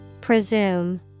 Presume